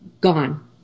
gone